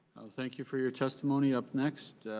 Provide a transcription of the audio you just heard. thank you for your testimony. up next.